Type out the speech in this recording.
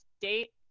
date